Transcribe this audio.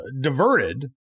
diverted